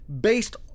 based